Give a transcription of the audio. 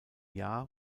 jahr